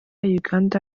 uganda